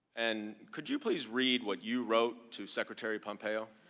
and could you please read what you wrote to secretary pompeo?